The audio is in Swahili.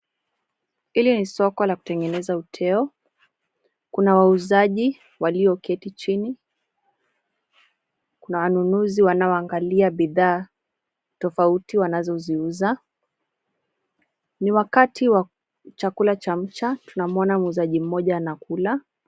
Hili ni soko la kutengeneza uteo. Kuna wauzaji walioketi chini. Kuna wanunuzi wanaoangalia bidhaa tofauti wanazoziuza. Ni wakati wa chakula cha mcha tunamuona muuzaji mmoja anakula.